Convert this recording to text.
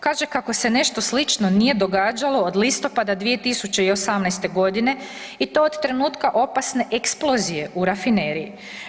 Kaže kako se nešto slično nije događalo od listopada 2018. g. i to od trenutka opasne eksplozije u rafineriji.